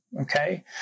Okay